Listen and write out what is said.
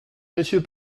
monsieur